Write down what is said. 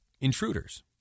intruders